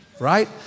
right